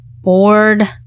bored